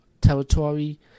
territory